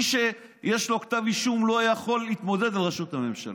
מי שיש לו כתב אישום לא יכול להתמודד לראשות הממשלה,